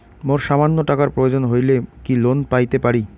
মোর সামান্য টাকার প্রয়োজন হইলে কি লোন পাইতে পারি?